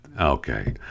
Okay